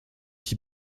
qui